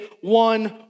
one